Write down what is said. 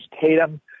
Tatum